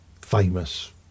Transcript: famous